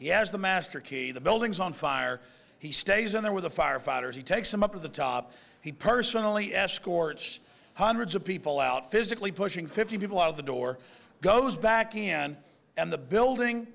he has the master key the buildings on fire he stays in there with the firefighters he takes them up to the top he personally escorts hundreds of people out physically pushing fifty people out of the door goes back in and the building